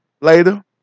later